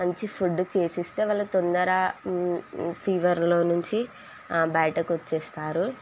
మంచి ఫుడ్ చేసిస్తే వాళ్ళకి తొందర ఫీవర్లో నుంచి బయటకి వచ్చేస్తారు